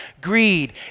Greed